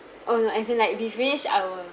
oh no as in like we finish our